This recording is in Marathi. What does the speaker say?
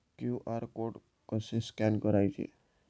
क्यू.आर कोड कसे स्कॅन करायचे?